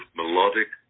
melodic